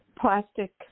plastic